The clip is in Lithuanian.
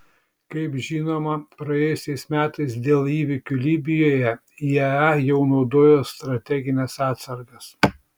kaip žinoma praėjusiais metais dėl įvykių libijoje iea jau naudojo strategines atsargas